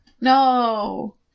No